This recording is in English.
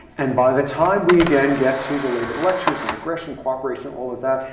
and by the time we, again, get to the later lectures on aggression, cooperation, all of that,